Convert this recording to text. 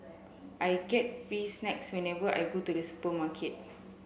I get free snacks whenever I go to the supermarket